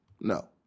No